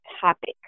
topic